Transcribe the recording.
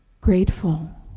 grateful